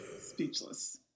Speechless